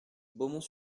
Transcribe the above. beaumont